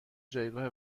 جایگاه